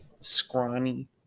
scrawny